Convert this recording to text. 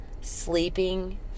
sleeping